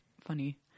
funny